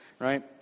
Right